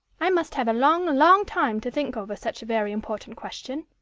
i must have a long, long time to think over such a very important question.